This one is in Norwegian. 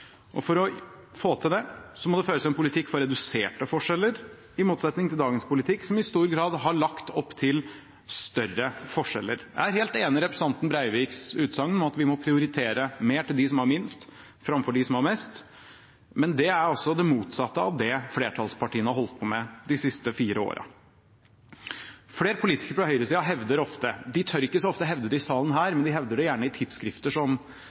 For å få til det må det føres en politikk for reduserte forskjeller, i motsetning til dagens politikk, som i stor grad har lagt opp til større forskjeller. Jeg er helt enig i representanten Breiviks utsagn om at vi må prioritere mer til dem som har minst, framfor dem som har mest, men det er altså det motsatte av det flertallspartiene har holdt på med de siste fire åra. Flere politikere fra høyresida hevder ofte – de tør ikke så ofte å hevde det i salen her, men de hevder det gjerne i tidsskrifter som